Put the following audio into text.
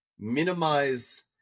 minimize